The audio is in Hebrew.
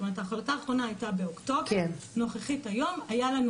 ההחלטה האחרונה, הנוכחית היום, הייתה באוקטובר.